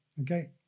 okay